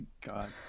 god